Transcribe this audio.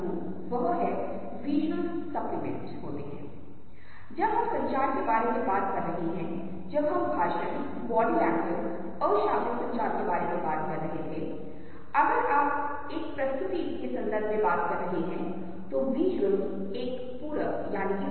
दूसरी ओर हमारे पास पिगमेंट एक स्केच पेन और विभिन्न प्रकार की चीजें हैं जो हम उपयोग करते हैं और हम बच्चों के रूप में खोज करते थे और हम रंगों का अर्थ इस तरह बनाते हैं इन्हें सब्ट्रैक्टिवे कलौर्स के रूप में जाना जाता है